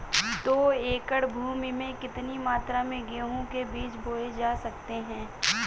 दो एकड़ भूमि में कितनी मात्रा में गेहूँ के बीज बोये जा सकते हैं?